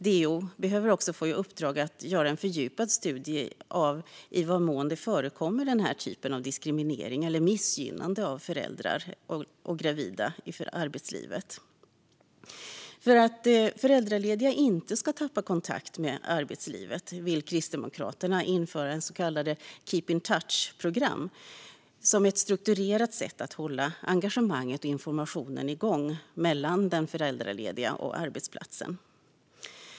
DO bör också få i uppdrag att göra en fördjupad studie av i vad mån den här typen av diskriminering eller missgynnande av föräldrar och gravida förekommer i arbetslivet. För att föräldralediga inte ska tappa kontakten med arbetslivet vill Kristdemokraterna införa så kallade keep in touch-program som ett strukturerat sätt att hålla engagemanget och informationen igång mellan den föräldralediga och arbetsplatsen.